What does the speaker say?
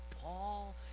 Paul